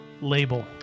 label